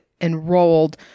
enrolled